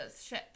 ship